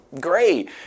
great